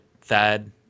Thad